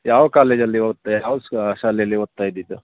ಯಾವ ಕಾಲೇಜಲ್ಲಿ ಓದಿದೆ ಯಾವ ಸ್ಕೂ ಶಾಲೆಯಲ್ಲಿ ಓದ್ತಾ ಇದ್ದಿದ್ದು